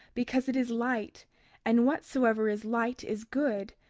because it is light and whatsoever is light, is good,